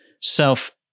self